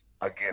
again